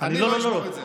אני לא אשבור את זה.